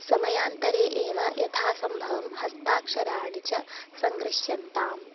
समयान्तरे एव यथासम्भवं हस्ताक्षराणि च सङ्ग्रह्यन्ताम्